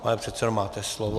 Pane předsedo, máte slovo.